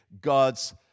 God's